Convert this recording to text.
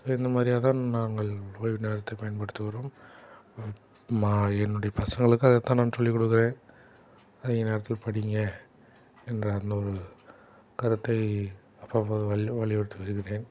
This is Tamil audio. இந்த மாதிரியாக தான் நாங்கள் ஓய்வு நேரத்தைப் பயன்படுத்துகிறோம் மா என்னுடைய பசங்களுக்கும் அதைத் தான் சொல்லிக் கொடுக்கிறேன் அதிக நேரத்தில் படிங்க என்ற அந்த ஒரு கருத்தை அப்பப்போ வலி வலியுறுத்தி வருகிறேன்